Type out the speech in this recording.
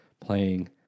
playing